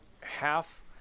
half